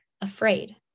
afraid